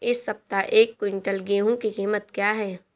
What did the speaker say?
इस सप्ताह एक क्विंटल गेहूँ की कीमत क्या है?